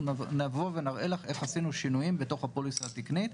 אנחנו נבוא ונראה לך איך עשינו שינויים בתוך הפוליסה התקנית,